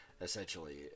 essentially